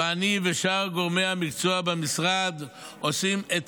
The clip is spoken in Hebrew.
ואני ושאר גורמי המקצוע במשרד עושים את